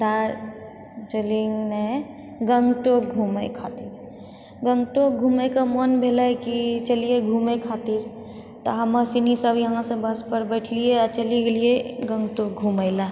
दार्जलिङ्गमे गङ्गटोक घुमै खातिर गङ्गटोक घुमैके मोन भेलै की चलिये घुमै खातिर तऽ हमर सङ्गी सब हमसब बसपर बैठलियै आओर चलि गेलियै गङ्गटोक घुमैला